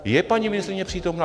Je paní ministryně přítomná?